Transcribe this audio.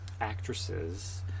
actresses